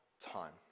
time